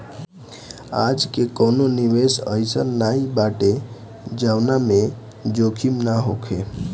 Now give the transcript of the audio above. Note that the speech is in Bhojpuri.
आजके कवनो निवेश अइसन नाइ बाटे जवना में जोखिम ना होखे